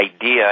idea